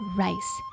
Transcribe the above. rice